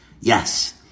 Yes